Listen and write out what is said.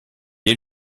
est